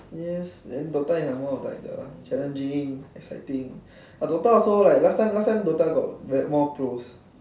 yes and DOTA is more like the challenging exciting and DOTA also like last time last time DOTA had more pros